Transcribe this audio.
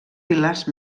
pilars